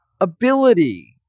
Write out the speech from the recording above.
ability